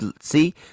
see